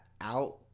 out